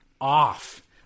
off